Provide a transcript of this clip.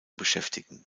beschäftigen